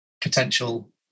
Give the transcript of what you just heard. potential